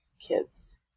kids